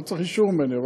אתה לא צריך אישור ממני,